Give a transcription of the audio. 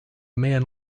man